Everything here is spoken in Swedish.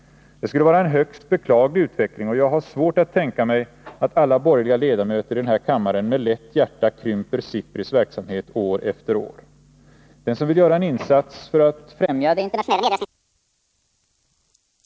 Det skulle vara en högst beklaglig utveckling, och jag har svårt att tänka mig att alla borgerliga ledamöter i den här kammaren med lätt hjärta krymper SIPRI:s verksamhet år efter år. Den som vill göra en insats för att främja det internationella nedrustningsarbetet bör därför rösta på reservation 2. Jag yrkar bifall till den reservationen.